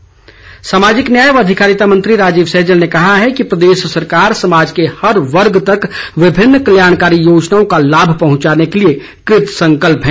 सैजल सामाजिक न्याय व अधिकारिता मंत्री राजीव सैजल ने कहा है कि प्रदेश सरकार समाज के हर वर्ग तक विभिन्न कल्याणकारी योजनाओं का लाभ पहुंचाने के लिए कृतसंकल्प है